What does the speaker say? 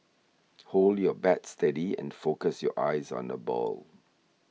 hold your bat steady and focus your eyes on the ball